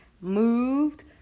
moved